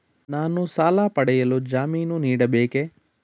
ನಾನು ಸಾಲ ಪಡೆಯಲು ಜಾಮೀನು ನೀಡಬೇಕೇ?